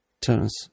turns